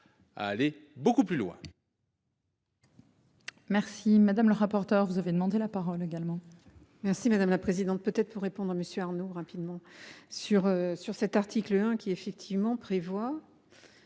à aller beaucoup plus loin.